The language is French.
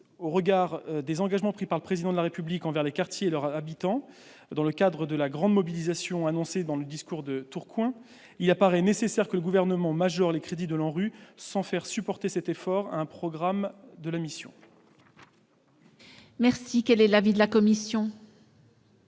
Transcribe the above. Au regard des engagements pris par le Président de la République envers les quartiers et leurs habitants dans le cadre de la grande mobilisation annoncée dans son discours de Tourcoing, il apparaît nécessaire que le Gouvernement majore les crédits de l'ANRU sans faire supporter cet effort à un programme de la mission.